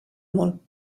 molt